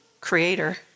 creator